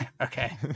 Okay